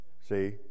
See